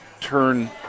turn